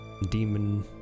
demon